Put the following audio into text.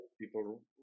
people